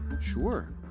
sure